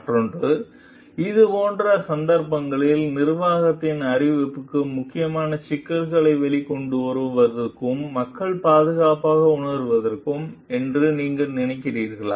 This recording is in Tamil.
மற்றொன்று இதுபோன்ற சந்தர்ப்பங்களில் நிர்வாகத்தின் அறிவிப்புக்கு முக்கியமான சிக்கல்களை வெளியே கொண்டு வருவதற்கு மக்கள் பாதுகாப்பாக உணருவார்கள் என்று நீங்கள் நினைக்கிறீர்களா